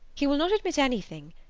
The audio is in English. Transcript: he will not admit anything,